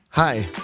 Hi